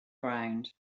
ground